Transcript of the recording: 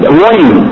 warning